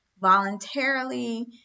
voluntarily